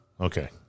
Okay